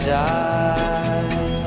die